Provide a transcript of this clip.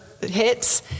hits